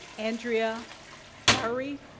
andrea lowry?